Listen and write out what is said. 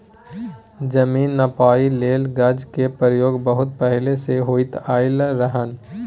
जमीन नापइ लेल गज के प्रयोग बहुत पहले से होइत एलै हन